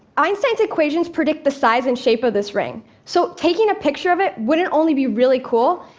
einstein's equations predict the size and shape of this ring, so taking a picture of it wouldn't only be really cool,